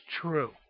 true